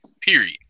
period